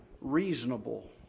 reasonable